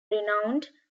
renowned